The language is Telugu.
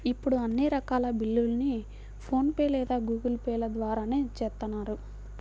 ఇప్పుడు అన్ని రకాల బిల్లుల్ని ఫోన్ పే లేదా గూగుల్ పే ల ద్వారానే చేత్తన్నారు